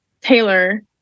Taylor